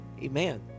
Amen